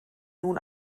nun